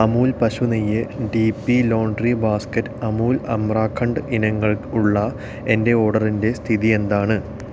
അമുൽ പശു നെയ്യ് D P laundry basket Amul amrakhand ഇനങ്ങൾ ഉള്ള എന്റെ ഓർഡറിന്റെ സ്ഥിതി എന്താണ്